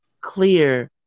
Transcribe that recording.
clear